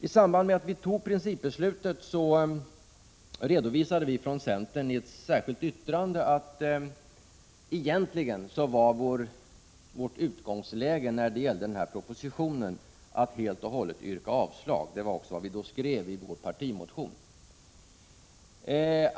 I samband med att principbeslutet fattades redovisade vi från centern i ett särskilt yttrande att vårt utgångsläge när det gällde propositionen egentligen var att helt och hållet yrka avslag på den. Det var också vad vi skrev i vår partimotion.